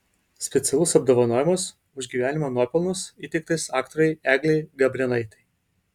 specialus apdovanojimas už gyvenimo nuopelnus įteiktas aktorei eglei gabrėnaitei